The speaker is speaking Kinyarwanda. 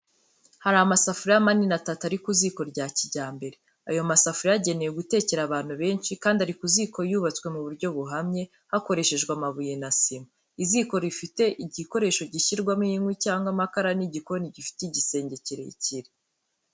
Hari amasafuriya manini atatu ari ku ziko rya kijyambere. Ayo masafuriya agenewe gutekera abantu benshi, kandi ari ku ziko yubatswe mu buryo buhamye, hakoreshejwe amabuye na sima. Iziko rifite igikoresho gishyirwamo inkwi cyangwa amakara n'igikoni gifite igisenge kirekire.